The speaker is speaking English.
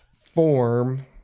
form